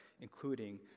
including